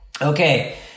Okay